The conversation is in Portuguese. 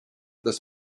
das